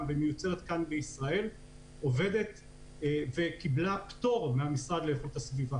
ומיוצרת כאן בישראל עובדת וקיבלה פטור מהמשרד להגנת הסביבה.